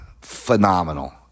phenomenal